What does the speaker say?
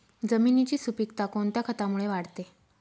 जमिनीची सुपिकता कोणत्या खतामुळे वाढते?